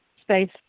space